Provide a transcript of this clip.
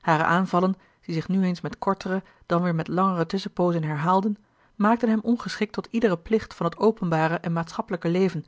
hare aanvallen die zich nu eens met kortere dan weêr met langere tusschenpoozen herhaalden maakten hem ongeschikt tot iederen plicht van het openbare en maatschappelijke leven